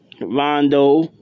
Rondo